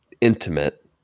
intimate